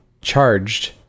charged